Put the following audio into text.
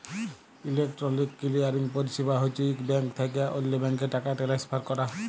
electronic clearing পরিছেবা হছে ইক ব্যাংক থ্যাইকে অল্য ব্যাংকে টাকা টেলেসফার ক্যরা